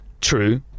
True